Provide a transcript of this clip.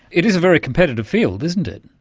it is a very competitive field, isn't it?